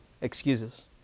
Excuses